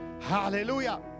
hallelujah